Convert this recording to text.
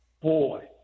boy